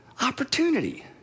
opportunity